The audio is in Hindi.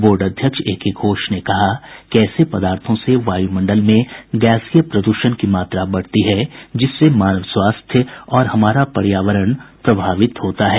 बोर्ड अध्यक्ष एके घोष ने कहा कि ऐसे पदार्थों से वायुमंडल में गैसीय प्रद्षण की मात्रा बढ़ती है जिससे मानव स्वास्थ्य और हमारा पर्यावरण प्रभावित होता है